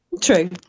True